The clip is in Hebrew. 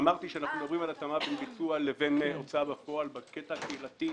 כשאמרתי שאנחנו מדברים על התאמת הביצוע להוצאה בפועל בקטע הקהילתי,